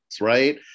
Right